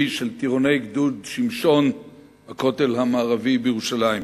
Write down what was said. של טירוני גדוד שמשון בכותל המערבי בירושלים.